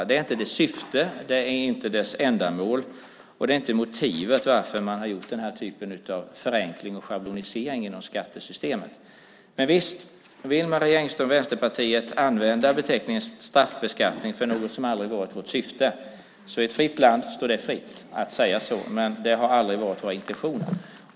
Det är inte dess syfte, det är inte dess ändamål, och det är inte motivet till att man har gjort den här typen av förenkling och schablonisering inom skattesystemet. Men visst - vill Marie Engström och Vänsterpartiet använda beteckningen straffbeskattning för något som aldrig varit vårt syfte att vara det står det er fritt att säga så. Det är ju ett fritt land. Men det har aldrig varit vår intention att det ska vara en straffbeskattning.